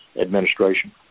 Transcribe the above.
Administration